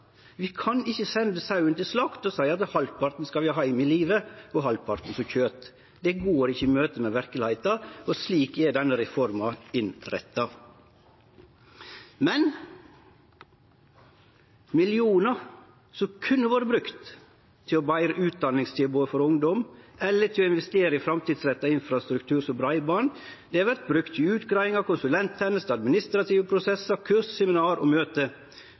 Vi kan ikkje sende sauen til slakt og seie at vi skal ha halvparten heim i live og halvparten som kjøt. Det går ikkje i møtet med verkelegheita – og slik er denne reforma innretta. Men millionar som kunne vore brukte til å betre utdanningstilbodet for ungdom eller til å investere i framtidsretta infrastruktur, som breiband, vert brukte til utgreiingar, konsulenttenester, administrative prosessar, kurs, seminar og møte.